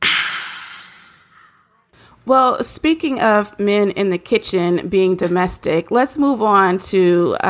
um well, speaking of men in the kitchen being domestic, let's move on to.